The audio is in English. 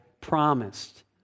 promised